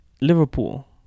Liverpool